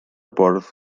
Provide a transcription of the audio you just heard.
bwrdd